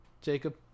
Jacob